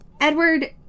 edward